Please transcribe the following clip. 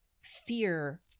fear –